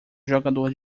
jogador